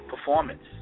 performance